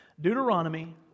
Deuteronomy